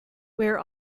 where